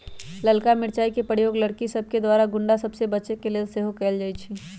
ललका मिरचाइ के प्रयोग लड़कि सभके द्वारा गुण्डा सभ से बचे के लेल सेहो कएल जाइ छइ